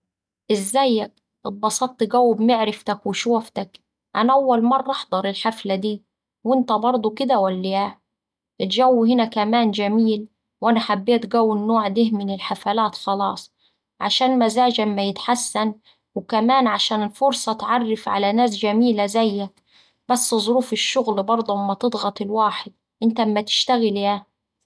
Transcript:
ازيك، اتبسطت قوي بمعرفتك وشوفتك، أنا أول مرة أحضر الحفلة دي، وانت برده كدا ولا ايه؟ الجو هنا كمان جميل وأنا حبيت قوي النوع ده من الحفلات خلاص عشان مزاجي أما يتحسن وكمان عشان الفرصة أتعرف على ناس جميلة زيك بس برضه ظروف الشغل أما تضغط الواحد، إنت أما تشتغل إيه؟